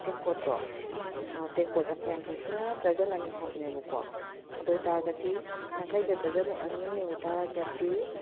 ꯇꯦꯡꯀꯣꯠꯇꯣ ꯇꯦꯡꯀꯣꯠ ꯌꯥꯡꯈꯩ ꯌꯥꯡꯈꯩꯁꯤꯅ ꯗꯔꯖꯟ ꯑꯅꯤ ꯍꯥꯏꯕꯅꯦꯕꯀꯣ ꯑꯗꯣ ꯑꯣꯏꯕ ꯇꯥꯔꯒꯗꯤ ꯌꯥꯡꯈꯩꯒꯤ ꯗꯔꯖꯟ ꯑꯅꯤ ꯑꯣꯏꯕ ꯇꯥꯔꯒꯗꯤ